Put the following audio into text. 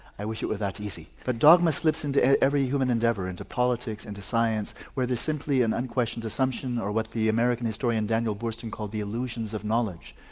i wish it were that easy. but dogma slips into every human endeavour, into politics, into science, where there's simply an unquestioned assumption or what the american historian daniel boorstin called the illusion of knowledge,